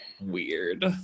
weird